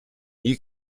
you